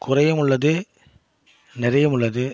குறையும் உள்ளது நிறையும் உள்ளது